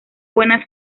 buenas